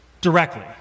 directly